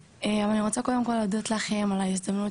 אבל אני רוצה קודם כל להודות לכם על ההזדמנות